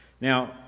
Now